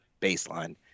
baseline